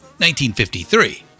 1953